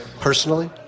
Personally